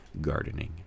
gardening